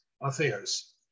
affairs